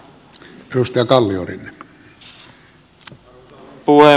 arvoisa puhemies